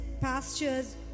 pastures